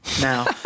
now